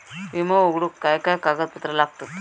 विमो उघडूक काय काय कागदपत्र लागतत?